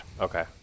Okay